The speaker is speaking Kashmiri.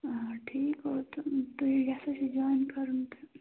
آ ٹھیٖک گوٚو تہٕ تُہۍ یَژھان چھو جۄین کَرُن تہٕ